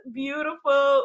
beautiful